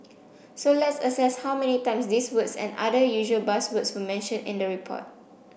so let's assess how many times these words and other usual buzzwords were mentioned in the report